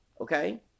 okay